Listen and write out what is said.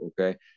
Okay